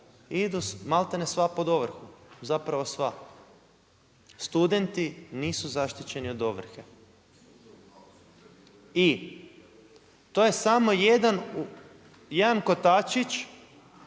idu maltene sva pod ovrhu, zapravo sve. Studenti nisu zaštićeni od ovrhe. I to je samo jedan kotačić